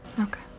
Okay